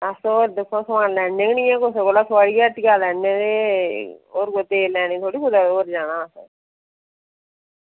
अस दिक्खो आं होर लैने निं हैन समान कुसै दी हट्टिया ते थुआढ़ी हट्टिया लैने ते होर कोई तेल लैने ई थोह्ड़े कुदै जाना असें